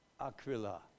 Aquila